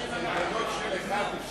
בל"ד להביע אי-אמון